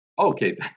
Okay